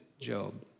Job